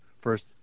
first